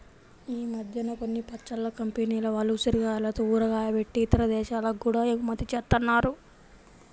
ఈ మద్దెన కొన్ని పచ్చళ్ళ కంపెనీల వాళ్ళు ఉసిరికాయలతో ఊరగాయ బెట్టి ఇతర దేశాలకి గూడా ఎగుమతి జేత్తన్నారు